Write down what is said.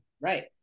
right